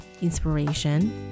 inspiration